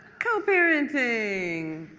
co-parenting,